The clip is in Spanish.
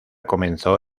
comenzó